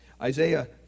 Isaiah